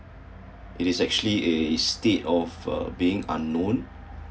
it is actually a state of uh being unknown